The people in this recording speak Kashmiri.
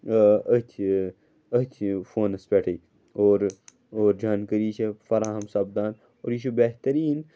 أتھِ أتھِ فونَس پٮ۪ٹھٕے اور اور جانکٲری چھِ فراہَم سَپدان اور یہِ چھُ بہتریٖن